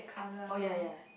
oh ya ya